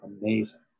amazing